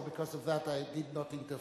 so because of that I did not interfere,